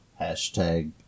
Hashtag